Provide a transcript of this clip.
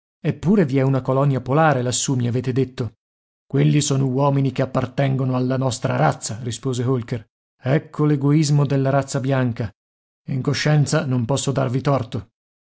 eppure vi è una colonia polare lassù mi avete detto quelli sono uomini che appartengono alla nostra razza rispose holker ecco l'egoismo della razza bianca in coscienza non posso darvi torto